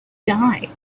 die